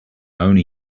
only